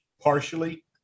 Partially